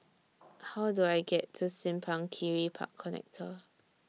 How Do I get to Simpang Kiri Park Connector